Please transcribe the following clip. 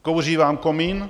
Kouří vám komín?